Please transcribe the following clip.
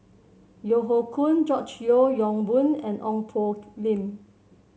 Yeo Hoe Koon George Yeo Yong Boon and Ong Poh Lim